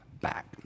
back